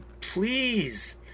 Please